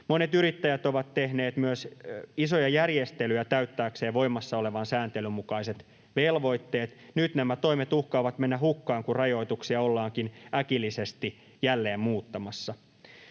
Monet yrittäjät ovat tehneet myös isoja järjestelyjä täyttääkseen voimassa olevan sääntelyn mukaiset velvoitteet. Nyt nämä toimet uhkaavat mennä hukkaan, kun rajoituksia ollaankin äkillisesti jälleen muuttamassa.